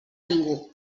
ningú